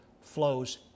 flows